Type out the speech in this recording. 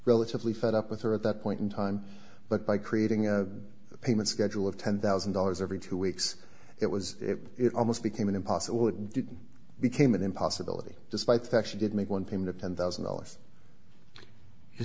relatively fed up with her at that point in time but by creating a payment schedule of ten thousand dollars every two weeks it was it almost became impossible it became an impossibility despite the actually did make one payment of ten thousand dollars is